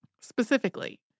specifically